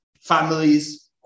families